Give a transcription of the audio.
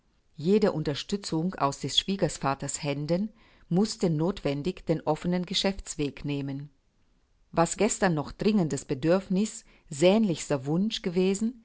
jede unterstützung aus des schwiegervaters händen mußte nothwendig den offnen geschäftsweg nehmen was gestern noch dringendes bedürfniß sehnlichster wunsch gewesen